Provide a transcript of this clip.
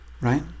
right